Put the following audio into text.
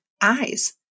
eyes